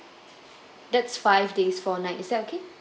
that's five days four nights is that okay